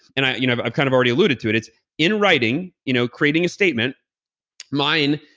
and i've you know i've kind of already alluded to it it's in writing you know creating a statement mine,